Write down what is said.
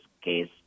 case